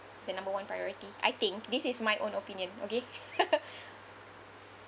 the number one priority I think this is my own opinion okay